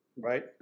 Right